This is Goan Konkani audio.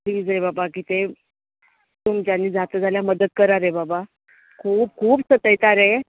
प्लिज रे बाबा कितेंय तुमच्यानी जाता जाल्यार मदत करा रे बाबा खूब खूब सतयता रे